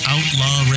Outlaw